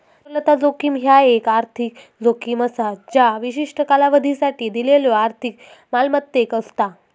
तरलता जोखीम ह्या एक आर्थिक जोखीम असा ज्या विशिष्ट कालावधीसाठी दिलेल्यो आर्थिक मालमत्तेक असता